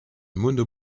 mono